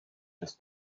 des